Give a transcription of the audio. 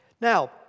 Now